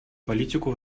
политику